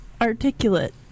articulate